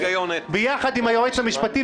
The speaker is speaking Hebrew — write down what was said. ביחד עם היועץ המשפטי,